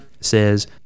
says